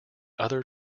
other